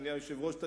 אדוני היושב-ראש,